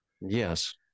Yes